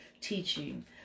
teaching